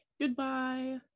Goodbye